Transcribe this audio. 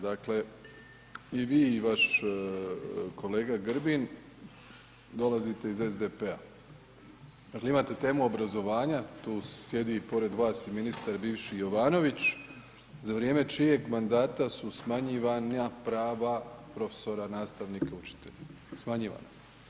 Dakle i vi i vaš kolega Grbin dolazite iz SDP-a, kada imate temu obrazovanju tu sjedi pored vas i ministar bivši Jovanović za vrijeme čijeg mandata su smanjivana prava profesora, nastavnika, učitelja smanjivana.